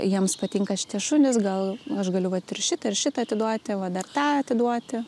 jiems patinka šitie šunys gal aš galiu ir šitą ir šitą atiduoti va dar tą atiduoti